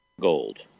Gold